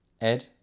Ed